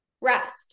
rest